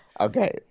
Okay